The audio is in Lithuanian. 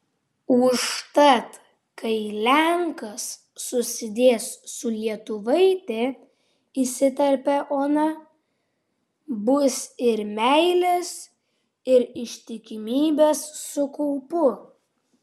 užtat kai lenkas susidės su lietuvaite įterpia ona bus ir meilės ir ištikimybės su kaupu